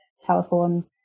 telephone